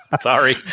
Sorry